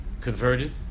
converted